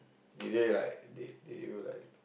did they like did did you like